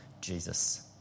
Jesus